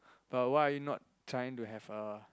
but why are you not trying to have a